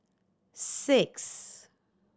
six